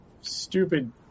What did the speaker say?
stupid